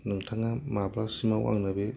नोंथाङा माब्लासिमाव आंनो बे